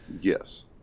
Yes